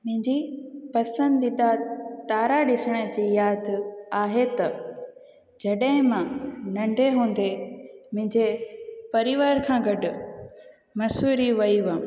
मुंहिंजी पसंदीदा तारा ॾिसण जी यादि आहे त जॾहिं मां नंढे हूंदे मुंहिंजे परिवार खां गॾु मसूरी वई हुअमि